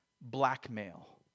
blackmail